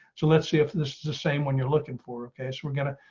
so let's see if this is the same. when you're looking for. okay, so we're going to,